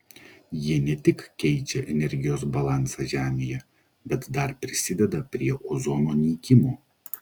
jie ne tik keičia energijos balansą žemėje bet dar prisideda prie ozono nykimo